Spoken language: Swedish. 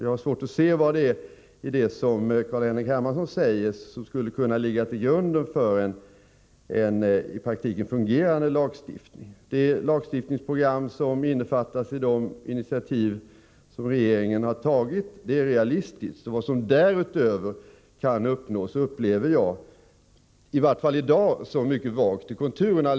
Jag har svårt att se vad det är i det som Carl-Henrik Hermansson säger som skulle kunna ligga till grund för en i praktiken fungerande lagstiftning. Det lagstiftningsprogram som innefattas i de initiativ som regeringen har tagit är realistiskt. Vad som därutöver kan uppnås upplever jag, i varje fall i dag, som mycket vagt i konturerna.